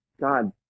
God